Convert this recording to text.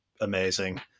amazing